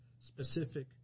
specific